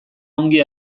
ongi